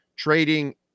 Trading